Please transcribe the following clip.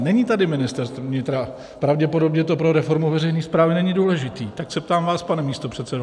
Není tady ministr vnitra, pravděpodobně to pro reformou veřejné správy není důležité, tak se ptám vás, pane místopředsedo vlády.